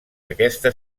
aquesta